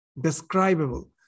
describable